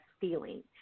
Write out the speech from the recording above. feeling